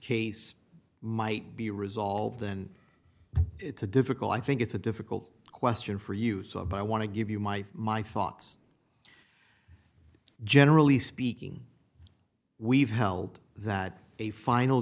case might be resolved and it's a difficult i think it's a difficult question for you so i want to give you my my thoughts generally speaking we've held that a final